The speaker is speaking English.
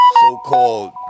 so-called